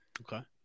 Okay